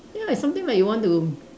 ya it's something like you want to